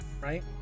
right